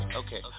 okay